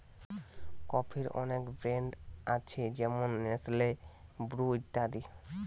কফির অনেক ব্র্যান্ড আছে যেমন নেসলে, ব্রু ইত্যাদি